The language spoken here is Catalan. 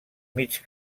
mig